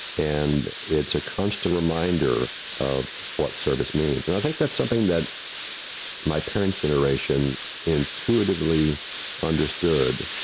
and it's a constant reminder of what service means. and i think that's something that my parent's generation intuitively understood.